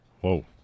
Whoa